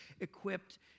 equipped